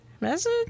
Message